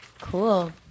Cool